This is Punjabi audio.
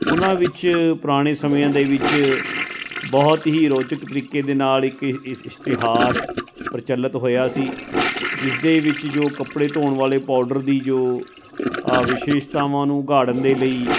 ਉਹਨਾਂ ਵਿੱਚ ਪੁਰਾਣੇ ਸਮਿਆਂ ਦੇ ਵਿੱਚ ਬਹੁਤ ਹੀ ਰੋਚਕ ਤਰੀਕੇ ਦੇ ਨਾਲ ਇੱਕ ਇਹ ਇਸ਼ਤਿਹਾਰ ਪ੍ਰਚਲਿਤ ਹੋਇਆ ਸੀ ਜਿਸ ਦੇ ਵਿੱਚ ਜੋ ਕੱਪੜੇ ਧੋਣ ਵਾਲੇ ਪਾਊਡਰ ਦੀ ਜੋ ਵਿਸ਼ੇਸ਼ਤਾਵਾਂ ਨੂੰ ਉਘਾੜਨ ਦੇ ਲਈ